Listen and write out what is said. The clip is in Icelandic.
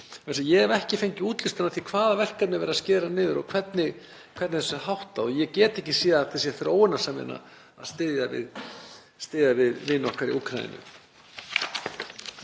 Ég hef ekki fengið útlistun á því hvaða verkefni er verið að skera niður og hvernig þessu er háttað og ég get ekki séð að það sé þróunarsamvinna að styðja við vini okkar í Úkraínu.